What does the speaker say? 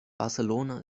barcelona